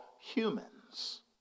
humans